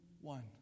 one